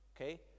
okay